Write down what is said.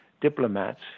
diplomats